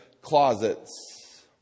closets